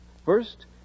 First